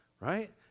right